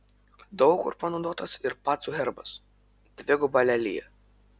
daug kur panaudotas ir pacų herbas dviguba lelija